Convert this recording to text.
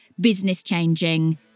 business-changing